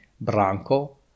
Branco